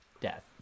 death